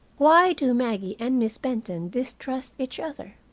why do maggie and miss benton distrust each other?